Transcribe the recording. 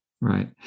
Right